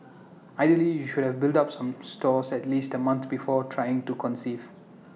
ideally you should have built up some stores at least A month before trying to conceive